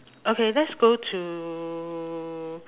okay let's go to